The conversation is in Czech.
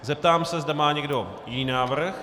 Zeptám se, zda má někdo jiný návrh.